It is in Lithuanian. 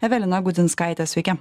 evelina gudzinskaite sveiki